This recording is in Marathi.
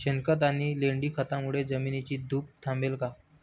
शेणखत आणि लेंडी खतांमुळे जमिनीची धूप थांबेल का?